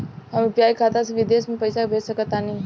हम यू.पी.आई खाता से विदेश म पइसा भेज सक तानि?